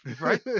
right